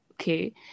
okay